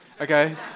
okay